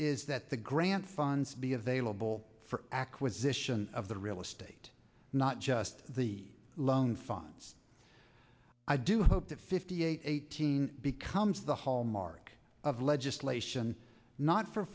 is that the grant funds be available for acquisition of the real estate not just the loan funds i do hope that fifty a becomes the hallmark of legislation not for